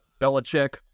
Belichick